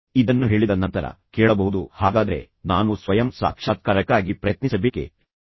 ಉದಾಹರಣೆಗೆ ನಾವು ಲಡಾಖ್ಗೆ ಹೋಗಬಹುದು ನಾವು ಸ್ವಲ್ಪ ಸಮಯವನ್ನು ಕಳೆಯಬಹುದು ಆದ್ದರಿಂದ ತಂದೆಯ ಬಳಿ ಅಷ್ಟು ಹಣವಿರುತ್ತದೆ